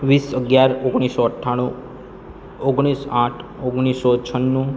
વીસ અગિયાર ઓગણીસો અઠ્ઠાણું ઓગણીસ આઠ ઓગણીસો છન્નું